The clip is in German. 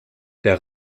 der